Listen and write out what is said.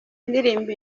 ndirimba